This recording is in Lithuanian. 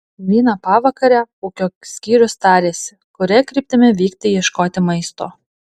vieną pavakarę ūkio skyrius tarėsi kuria kryptimi vykti ieškoti maisto